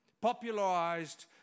popularized